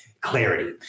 clarity